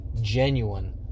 genuine